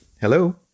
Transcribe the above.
Hello